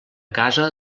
casa